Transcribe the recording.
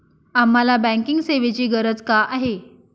आम्हाला बँकिंग सेवेची गरज का आहे?